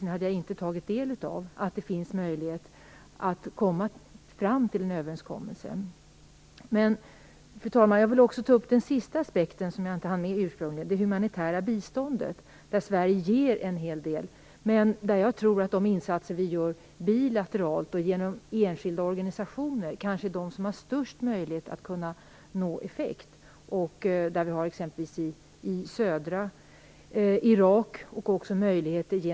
Jag hade dock inte tagit del av den, nämligen att det finns möjlighet att nå fram till en överenskommelse. Fru talman! Jag vill också ta upp en sista aspekt i sammanhanget; jag hann inte med det tidigare. Det gäller då det humanitära biståndet. Sverige ger en hel del, men jag tror att våra insatser bilateralt och genom enskilda organisationer kanske har största möjligheten att nå effekt. Exempelvis gäller det södra Irak och Röda korsets möjligheter.